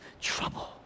trouble